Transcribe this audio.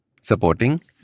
supporting